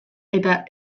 eta